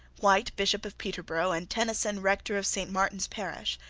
white, bishop of peterborough, and tenison, rector of st. martin's parish,